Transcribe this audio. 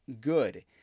good